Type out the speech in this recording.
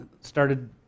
started